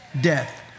Death